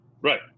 Right